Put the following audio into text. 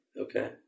Okay